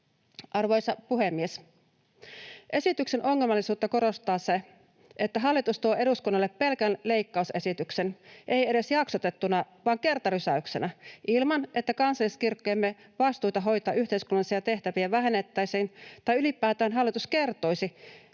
Arvoisa puhemies! Esityksen ongelmallisuutta korostaa se, että hallitus tuo eduskunnalle pelkän leikkausesityksen, ei edes jaksotettuna vaan kertarysäyksenä, ilman että kansalliskirkkojemme vastuita hoitaa yhteiskunnallisia tehtäviä vähennettäisiin tai ylipäätään hallitus kertoisi,